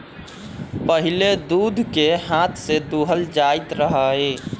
पहिले दूध के हाथ से दूहल जाइत रहै